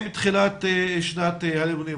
עם תחילת שנת הלימודים.